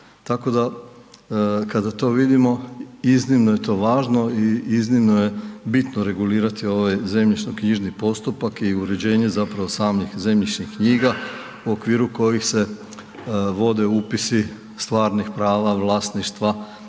tako da kada to vidimo iznimno je to važno i iznimno je bitno regulirati ove zemljišnoknjižni postupak i uređenje zapravo samih zemljišnih knjiga u okviru kojih se vode upisi stvarnih prava vlasništva,